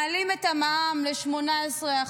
מעלים את המע"מ ל-18%,